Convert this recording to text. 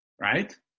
right